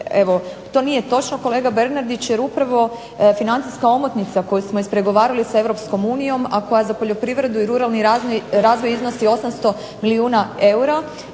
to nije točno kolega Bernardić, jer upravo financijska omotnica koju smo ispregovarali sa europskom unijom, a koja za poljoprivredu i ruralni razvoj iznosi 800 milijuna eura,